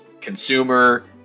consumer